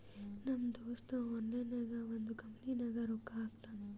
ನಮ್ ದೋಸ್ತ ಆನ್ಲೈನ್ ನಾಗೆ ಒಂದ್ ಕಂಪನಿನಾಗ್ ರೊಕ್ಕಾ ಹಾಕ್ಯಾನ್